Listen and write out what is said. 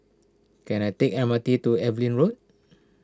can I take the M R T to Evelyn Road